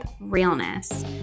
realness